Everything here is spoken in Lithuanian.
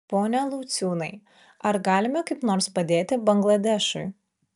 pone lauciūnai ar galime kaip nors padėti bangladešui